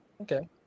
okay